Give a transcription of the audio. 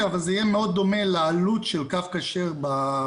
אבל זה יהיה דומה מאוד לעלות של קו כשר בחוץ.